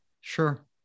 Sure